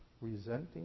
resenting